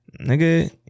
Nigga